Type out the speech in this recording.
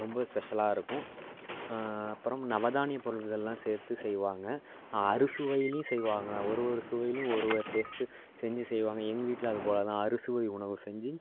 ரொம்ப ஸ்பெஷலாயிருக்கும் அப்புறம் நவதானிய பொருட்கள் எல்லாம் சேர்த்து செய்வாங்க அறுசுவைலேயும் செய்வாங்க ஒரு ஒரு சுவையிலும் ஒரு ஒரு டேஸ்ட்டு செஞ்சு செய்வாங்க எங்கள் வீட்டில் அது போல் தான் அறுசுவை உணவு செஞ்சு